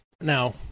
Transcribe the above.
now